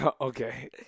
Okay